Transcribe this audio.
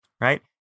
Right